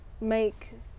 make